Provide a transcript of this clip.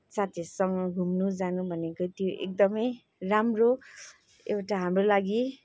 साथीहरूसँग घुम्नु जानु भनेको त्यो एकदमै राम्रो एउटा हाम्रो लागि